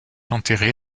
enterré